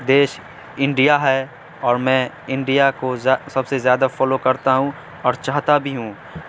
دیش انڈیا ہے اور میں انڈیا کو سب سے زیادہ فالو کرتا ہوں اور چاہتا بھی ہوں